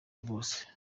rwose